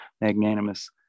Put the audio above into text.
magnanimous